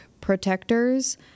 protectors